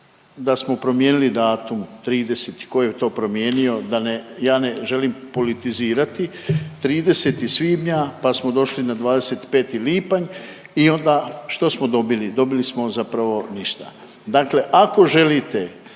da smo promijenili datum 30., tko je to promijenio da ne, ja ne želim politizirati 30. svibnja pa smo došli na 25. lipanj i onda što smo dobili. Dobili smo zapravo ništa. Dakle ako želite